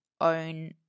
own